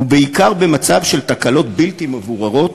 ובעיקר במצב של תקלות בלתי מבוררות,